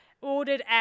Ordered